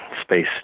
space